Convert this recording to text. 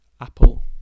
Apple